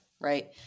Right